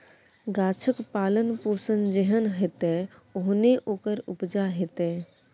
गाछक पालन पोषण जेहन हेतै ओहने ओकर उपजा हेतै